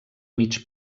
mig